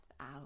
out